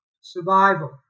survival